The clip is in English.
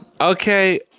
okay